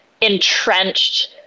entrenched